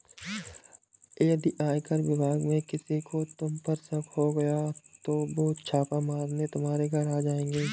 यदि आयकर विभाग में किसी को तुम पर शक हो गया तो वो छापा मारने तुम्हारे घर आ जाएंगे